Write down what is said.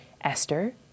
Esther